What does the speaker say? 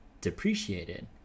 depreciated